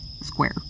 square